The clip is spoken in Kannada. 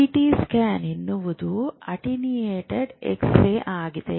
ಸಿಟಿ ಸ್ಕ್ಯಾನ್ ಎನ್ನುವುದು ಅತ್ತೆನುಅಟೆಡ್ ಕ್ಷ ರೇ ಆಗಿದೆ